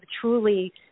truly